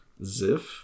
Ziff